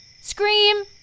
Scream